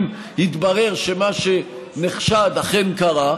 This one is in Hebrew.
אם יתברר שמה נחשד אכן קרה,